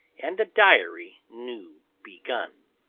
and a diary new begun.